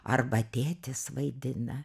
arba tėtis vaidina